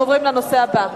אנחנו עוברים לנושא הבא.